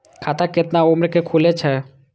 खाता केतना उम्र के खुले छै?